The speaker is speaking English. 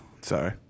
Sorry